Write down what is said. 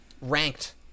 ranked